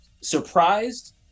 surprised